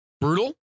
Brutal